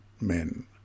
men